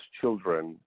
children